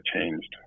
changed